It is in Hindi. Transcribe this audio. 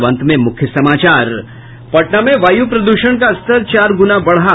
और अब अंत में मुख्य समाचार पटना में वायु प्रदूषण का स्तर चार गुना बढ़ा